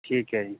ਠੀਕ ਐ ਜੀ